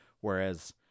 whereas